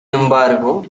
embargo